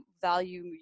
value